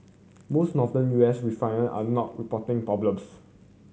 most Northern U S refiner are not reporting problems